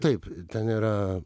taip ten yra